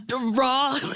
raw